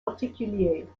particulier